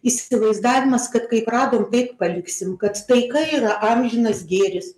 įsivaizdavimas kad kaip radom taip paliksim kad taika yra amžinas gėris